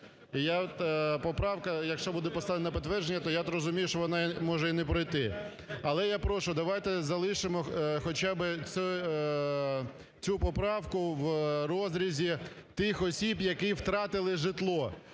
якщо буде поставлена на підтвердження, то я от розумію, що вона може і не пройти. Але я прошу, давайте залишимо хоча би цю поправку в розрізі тих осіб, які втратили житло.